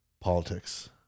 politics